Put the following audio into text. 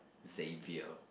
Xavier